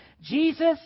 Jesus